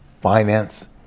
finance